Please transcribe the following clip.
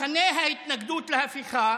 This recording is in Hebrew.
מחנה ההתנגדות להפיכה,